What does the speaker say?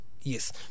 Yes